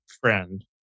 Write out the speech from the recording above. friend